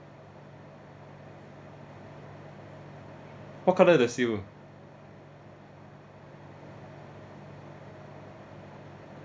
what colour the seal